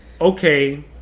okay